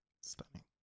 Stunning